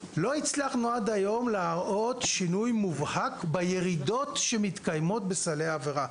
עד היום לא הצלחנו להראות שינוי מובהק בירידות שמתקיימות בסלי העבירה,